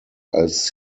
als